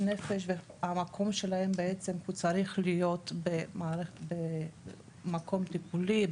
נפש והמקום שלהם בעצם צריך להיות במקום טיפולי,